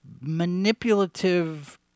manipulative